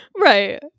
right